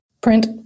Print